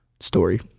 story